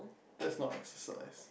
that's not exercise